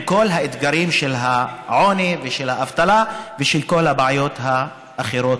כל האתגרים של העוני ושל האבטלה ועם כל הבעיות האחרות.